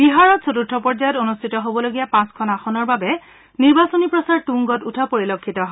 বিহাৰত চতুৰ্থ পৰ্যায়ত অনুষ্ঠিত হ'বলগীয়া পাঁচখন আসনৰ বাবে নিৰ্বাচনী প্ৰচাৰ তুঙ্গত উঠা পৰিলক্ষিত হয়